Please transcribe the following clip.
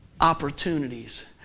opportunities